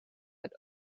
but